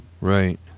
Right